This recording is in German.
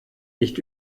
nicht